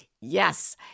Yes